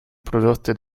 prodotte